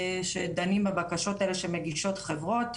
שדנים בבקשות האלה שמגישות חברות,